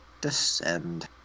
descend